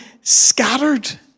scattered